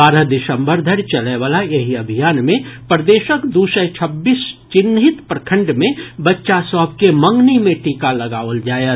बारह दिसंबर धरि चलयवला एहि अभियान मे प्रदेशक दू सय छब्बीस चिन्हित प्रखंड मे बच्चा सभ के मंगनी मे टीका लगाओल जायत